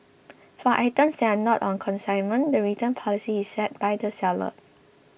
for items that are not on consignment the return policy is set by the seller